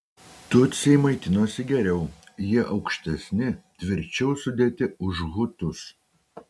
tutsiai maitinosi geriau jie aukštesni tvirčiau sudėti už hutus